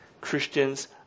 Christians